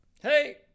Hey